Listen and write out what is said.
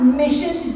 mission